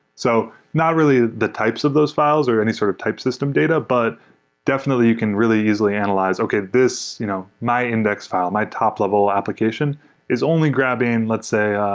so not really the types of those files or any sort of type system data, but definitely you can really easily analyze, okay this you know my index file, my top-level application is only grabbing, let's say,